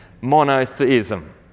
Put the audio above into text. monotheism